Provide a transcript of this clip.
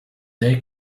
day